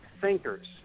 thinkers